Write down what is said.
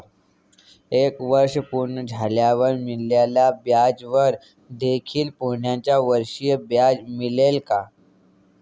एक वर्ष पूर्ण झाल्यावर मिळणाऱ्या व्याजावर देखील पुढच्या वर्षी व्याज मिळेल का?